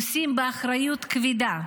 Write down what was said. נושאים באחריות כבדה.